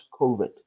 covid